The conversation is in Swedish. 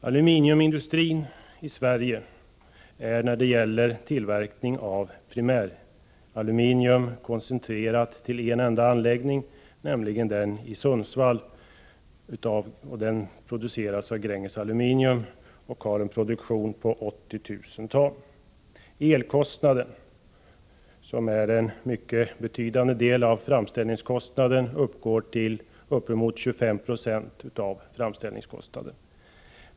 Aluminiumindustrin i Sverige är — när det gäller tillverkning av primäraluminium — koncentrerad till en enda anläggning, nämligen Gränges Aluminiums anläggning i Sundsvall, där man producerar 80 000 ton om året. Elkostnaden är en mycket betydande del av framställningskostnaden och uppgår till inemot 25 96 av framställningskostnaden.